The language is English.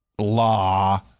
law